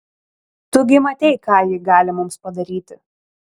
tu gi matei ką ji gali mums padaryti